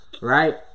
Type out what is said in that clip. Right